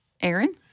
Aaron